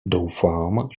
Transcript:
doufám